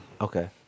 Okay